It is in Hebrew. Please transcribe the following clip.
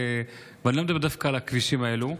ואני לא מדבר דווקא על הכבישים האלה,